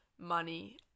money